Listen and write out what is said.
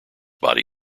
body